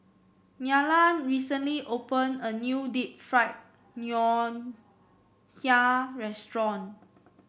Nylah recently opened a new Deep Fried Ngoh Hiang Restaurant